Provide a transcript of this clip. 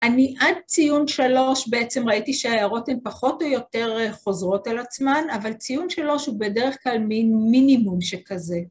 ‫אני עד ציון שלוש בעצם ראיתי ‫שההערות הן פחות או יותר חוזרות על עצמן, ‫אבל ציון שלוש הוא בדרך כלל ‫מין מינימום שכזה.